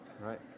right